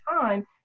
time